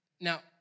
Now